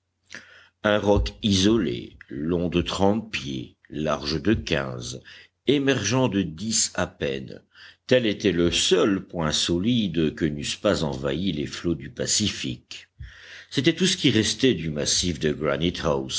un roc isolé long de trente pieds large de quinze émergeant de dix à peine tel était le seul point solide que n'eussent pas envahi les flots du pacifique c'était tout ce qui restait du massif de